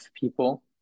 people